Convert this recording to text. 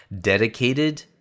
dedicated